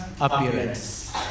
appearance